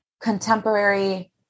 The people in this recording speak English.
contemporary